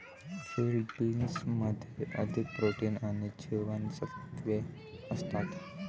field बीन्समध्ये अधिक protein आणि जीवनसत्त्वे असतात